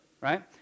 right